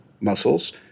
muscles